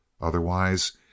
Otherwise